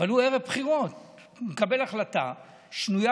אבל הוא ערב בחירות מקבל החלטה שנויה